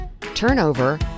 turnover